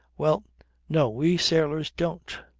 well no, we sailors don't.